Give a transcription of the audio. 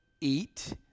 eat